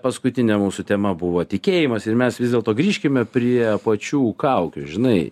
paskutinė mūsų tema buvo tikėjimas ir mes vis dėlto grįžkime prie pačių kaukių žinai